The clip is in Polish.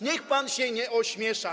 Niech pan się nie ośmiesza.